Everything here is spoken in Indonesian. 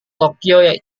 tokyo